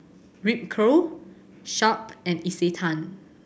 Ripcurl Sharp and Isetan